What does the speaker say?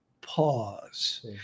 pause